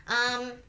um